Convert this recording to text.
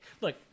Look